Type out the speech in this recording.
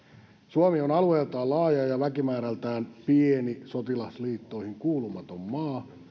suomi on alueeltaan laaja ja väkimäärältään pieni sotilasliittoihin kuulumaton maa